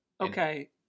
Okay